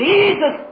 Jesus